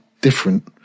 different